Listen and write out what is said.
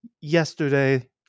yesterday